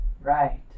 Right